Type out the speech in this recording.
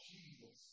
Jesus